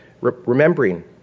remembering